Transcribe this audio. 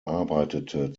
arbeitete